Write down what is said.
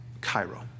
Cairo